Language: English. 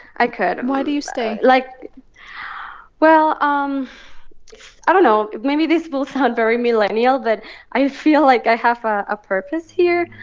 i could why do you stay? like well, um i don't know. maybe this will sound very millennial, but i feel like i have a purpose here.